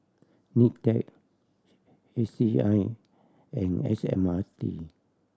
NITEC H C I and S M R T